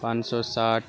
پانچ سو ساٹھ